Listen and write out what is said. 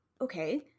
okay